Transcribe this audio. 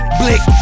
blick